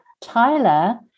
Tyler